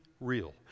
real